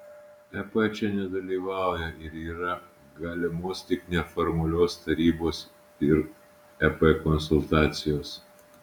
ep čia nedalyvauja ir yra galimos tik neformalios tarybos ir ep konsultacijos